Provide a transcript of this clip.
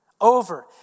over